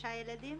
לשלושה ילדים.